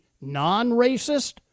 non-racist